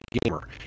gamer